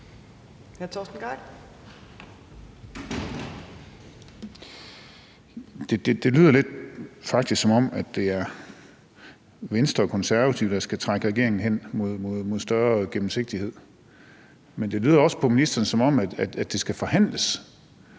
Det lyder faktisk lidt, som om det er Venstre og Konservative, der skal trække regeringen hen mod større gennemsigtighed, men det lyder også på ministeren, som om det skal forhandles.